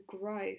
growth